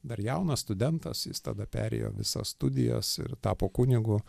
dar jaunas studentas jis tada perėjo visas studijas ir tapo kunigu